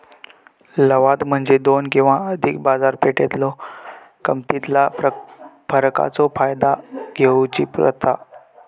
लवाद म्हणजे दोन किंवा अधिक बाजारपेठेतलो किमतीतला फरकाचो फायदा घेऊची प्रथा